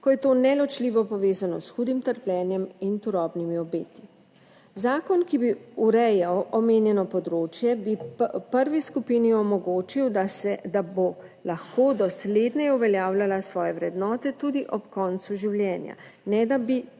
ko je to neločljivo povezano s hudim trpljenjem in turobnimi obeti. Zakon, ki bi urejal omenjeno področje, bi prvi skupini omogočil, da se, da bo lahko dosledneje uveljavljala svoje vrednote tudi ob koncu življenja, ne da bi